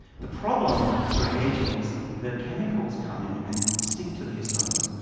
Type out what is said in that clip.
the problem during aging is that chemicals come in and stick to the histones,